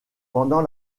pendant